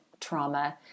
trauma